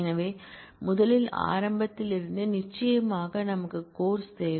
எனவே முதலில் ஆரம்பத்தில் இருந்தே நிச்சயமாக நமக்கு கோர்ஸ் தேவை